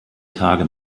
tage